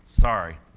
Sorry